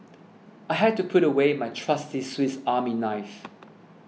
I had to put away my trusty Swiss Army knife